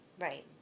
Right